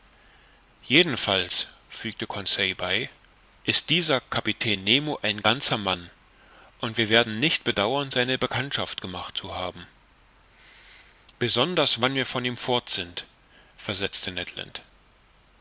jedenfalls fügte conseil bei ist dieser kapitän nemo ein ganzer mann und wir werden nicht bedauern seine bekanntschaft gemacht zu haben besonders wann wir von ihm fort sind versetzte